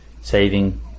saving